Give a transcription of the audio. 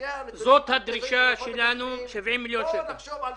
זה לא דבר שנוצר עכשיו,